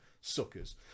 Suckers